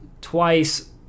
twice